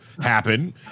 happen